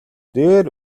дээр